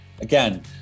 Again